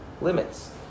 limits